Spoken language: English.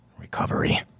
recovery